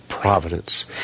providence